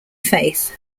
faith